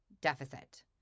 deficit